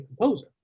composer